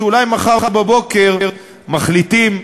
שאולי מחר בבוקר מחליטים,